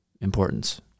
importance